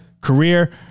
career